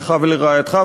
לך ולרעייתך,